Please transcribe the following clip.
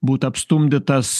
būt apstumdytas